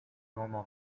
normal